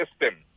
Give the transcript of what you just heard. system